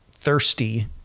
thirsty